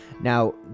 Now